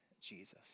Jesus